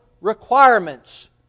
requirements